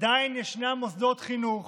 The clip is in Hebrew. עדיין ישנם מוסדות חינוך